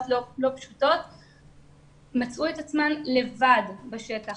לא פשוטות והן מצאו את עצמן לבד בשטח,